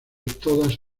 todas